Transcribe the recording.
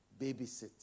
Babysit